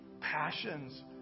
passions